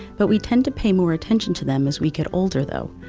but we tend to pay more attention to them as we get older though,